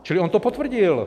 Čili on to potvrdil.